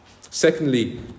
Secondly